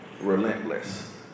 Relentless